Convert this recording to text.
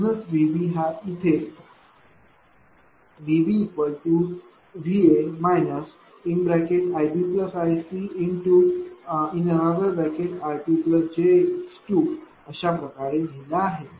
म्हणूनच VB हा इथे VBVA iBiCr2jx2 अशाप्रकारे लिहिला आहे